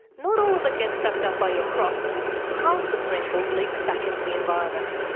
not all of it gets sucked up by your crops, half the swimming pool leaks back into the environment,